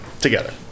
Together